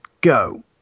go